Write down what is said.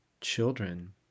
children